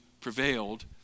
prevailed